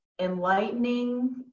enlightening